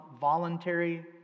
voluntary